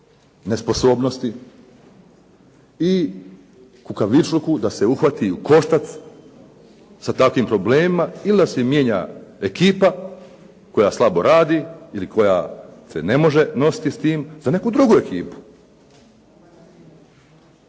nesposobnosti i kukavičluku da se uhvati u koštac sa takvim problemima ili da se mijenja ekipa koja slabo radi ili koja se ne može nositi s tim za neku drugu ekipu.